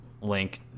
Link